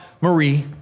Marie